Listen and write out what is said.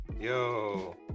Yo